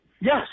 yes